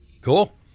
Cool